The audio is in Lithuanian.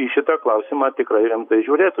į šitą klausimą tikrai rimtai žiūrėtų